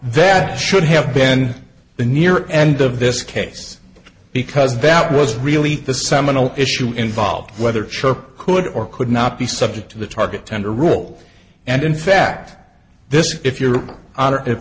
that should have been the near end of this case because that was really the seminal issue involved whether church could or could not be subject to the target tender rule and in fact this if your honor if